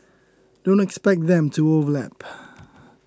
don't expect them to overlap